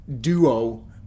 duo